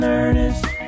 earnest